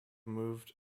moved